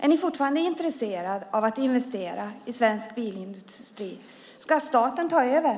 Är ni fortfarande intresserade av att investera i svensk bilindustri? Ska staten ta över?